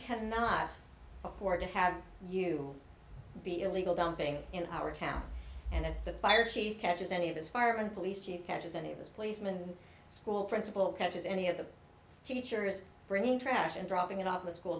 cannot afford to have you be illegal dumping in our town and at the fire she catches any of those firemen police she catches any of this policeman school principal catches any of the teachers bringing trash and dropping it off a school